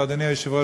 ואדוני היושב-ראש,